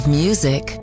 music